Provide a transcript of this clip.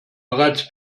bereits